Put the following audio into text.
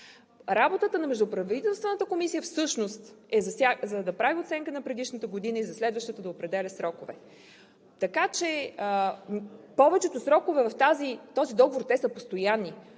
Работата на Междуправителствената комисия всъщност е да прави оценка на предишните години и за следващата да определя срокове. Така че повечето срокове в този договор са постоянни